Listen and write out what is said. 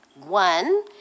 One